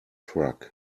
truck